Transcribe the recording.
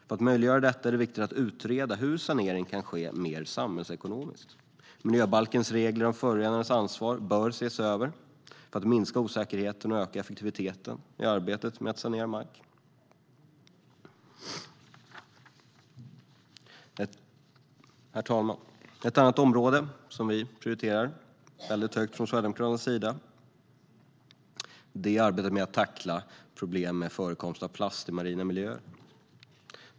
För att möjliggöra detta är det viktigt att utreda hur sanering kan ske mer samhällsekonomiskt. Miljöbalkens regler om förorenarens ansvar bör ses över för att man ska minska osäkerheten och öka effektiviteten i arbetet med att sanera mark. Herr talman! Ett annat område som vi prioriterar högt från Sverigedemokraterna är arbetet med att tackla problemet med förekomst av plast i marina miljöer.